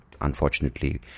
unfortunately